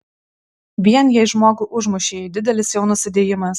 vien jei žmogų užmušei didelis jau nusidėjimas